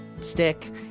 stick